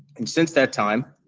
and since that time,